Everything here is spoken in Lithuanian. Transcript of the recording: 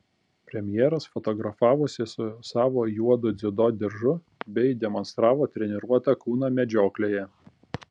premjeras fotografavosi su savo juodu dziudo diržu bei demonstravo treniruotą kūną medžioklėje